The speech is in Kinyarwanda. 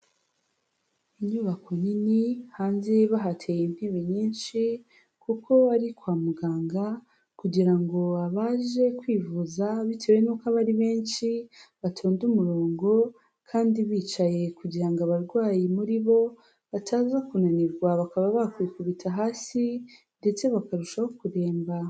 Inyubako nini hanze bahateye intebe nyinshi kuko ari kwa muganga kugira ngo aje kwivuza bitewe n'uko aba ari benshi batonde umurongo kandi bicaye kugira ngo abarwayi muri bo bataza kunanirwa bakaba bakwikubita hasi ndetse bakarushaho kuremba.